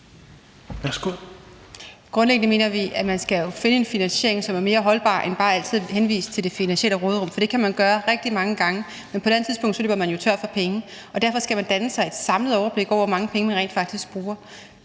Grundlæggende mener vi, at man jo skal finde en finansiering, som er mere holdbar end bare altid at henvise til det finansielle råderum. For det kan man gøre rigtig mange gange, men på et eller andet tidspunkt løber man jo tør for penge, og derfor skal man danne sig et samlet overblik over, hvor mange penge man rent faktisk bruger.